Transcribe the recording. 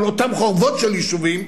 על אותן חורבות של יישובים,